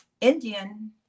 Indian